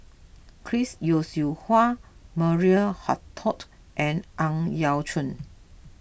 Chris Yeo Siew Hua Maria Hertogh and Ang Yau Choon